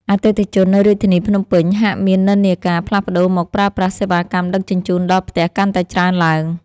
អតិថិជននៅរាជធានីភ្នំពេញហាក់មាននិន្នាការផ្លាស់ប្តូរមកប្រើប្រាស់សេវាកម្មដឹកជញ្ជូនដល់ផ្ទះកាន់តែច្រើនឡើង។